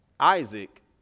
Isaac